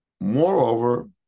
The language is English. Moreover